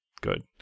good